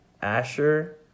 Asher